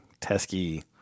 Teskey